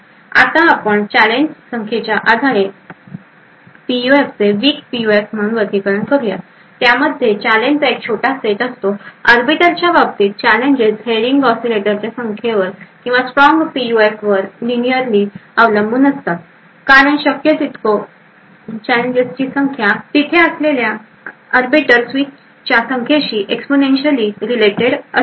म्हणून आपण चॅलेंजच्या संख्येच्या आधारे या पीयूएफचे विक पीयूएफ म्हणून वर्गीकरण करूयात कारण त्यामध्ये चॅलेंजचा एक छोटा सेट असतो वास्तविक आर्बिटरच्या बाबतीत चॅलेंजेस हे रिंग ओसीलेटरच्या संख्येवर किंवा strong पीयूएफवर लिनियरली अवलंबून असतात कारण शक्य असलेल्या चॅलेंजेसची संख्या ही तिथे असलेल्या आर्बिटर स्विचच्या संख्येशी एक्सपोनेन्शियली रिलेटेड असते